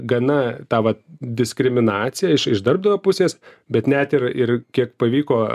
gana tą va diskriminaciją iš iš darbdavio pusės bet net ir ir kiek pavyko